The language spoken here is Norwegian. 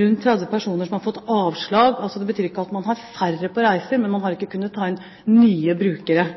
rundt 30 personer som har fått avslag. Det betyr ikke at man har færre på reiser, men man har ikke kunnet ta inn nye brukere